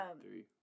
three